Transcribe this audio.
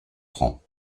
francs